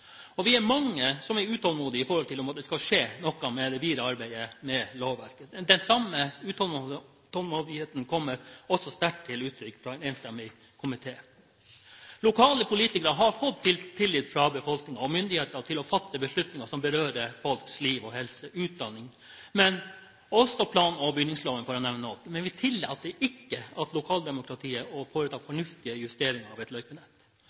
motorferdselsloven. Vi er mange som er utålmodige i forhold til at det skal skje noe med det videre arbeidet med lovverket. Den samme utålmodigheten kommer også sterkt til uttrykk fra en enstemmig komité. Lokale politikere har fått tillit fra befolkningen og myndigheter til å fatte beslutninger som berører folks liv og helse og utdanning, men også når det gjelder plan- og bygningsloven, for å nevne noe, men vi tillater ikke lokaldemokratiet å foreta fornuftige justeringer av et løypenett.